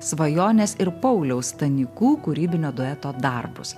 svajonės ir pauliaus stanikų kūrybinio dueto darbus